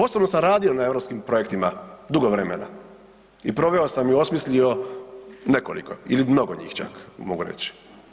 Uostalom sam radio na europskim projektima dugo vremena i proveo sam i osmislio nekoliko ili mnogo njih čak mogu reći.